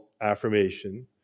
affirmation